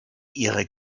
ihre